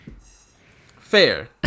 Fair